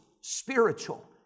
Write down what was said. spiritual